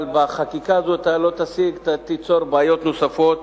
אבל בחקיקה הזאת תיצור בעיות נוספות.